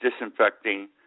disinfecting